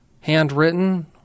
handwritten